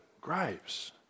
graves